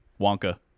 Wonka